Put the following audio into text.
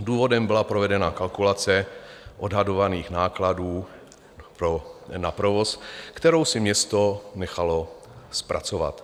Důvodem byla provedená kalkulace odhadovaných nákladů na provoz, kterou si město nechalo zpracovat.